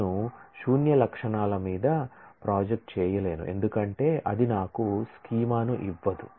నేను శూన్య అట్ట్రిబ్యూట్ ల మీద ప్రొజెక్ట్ చేయలేను ఎందుకంటే అది నాకు స్కీమాను ఇవ్వదు